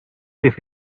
with